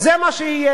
זה מה שיהיה